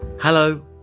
Hello